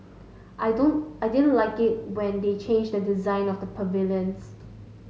I don't I didn't like it when they changed the design of the pavilions